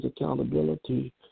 accountability